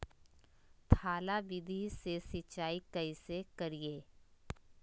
थाला विधि से सिंचाई कैसे करीये?